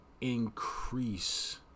increase